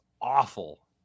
awful